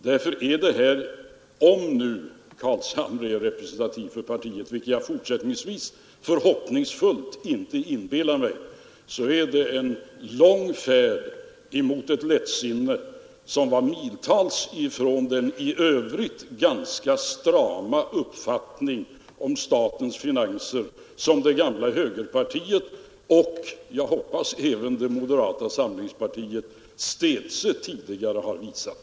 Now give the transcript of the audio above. Därför är detta, om nu herr Carlshamre är representativ för sitt parti, vilket jag fortsättningsvis förhoppningsfullt inte inbillar mig, en lång färd mot ett lättsinne som var miltals från den i övrigt ganska strama uppfattning om statens finanser som det gamla högerpartiet och jag hoppas även moderata samlingspartiet städse tidigare har visat.